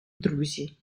друзі